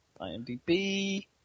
IMDB